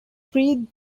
three